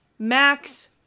Max